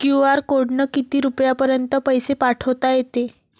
QR कोडनं किती रुपयापर्यंत पैसे पाठोता येते?